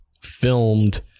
filmed